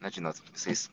na žinot visais